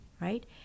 right